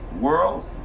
world